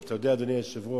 אתה יודע, אדוני היושב-ראש,